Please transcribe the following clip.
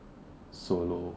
solo